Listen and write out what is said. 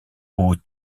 aux